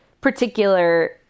particular